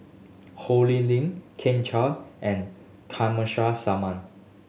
Ho Lee Ling Kit Chan and Kamsari Salam